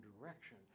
direction